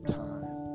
time